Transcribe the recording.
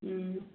ꯎꯝ